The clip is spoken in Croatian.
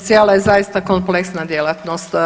Socijala je zaista kompleksna djelatnost.